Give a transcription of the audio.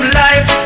life